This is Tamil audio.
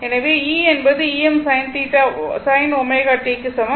எனவே e என்பது Em sin ω t க்கு சமம்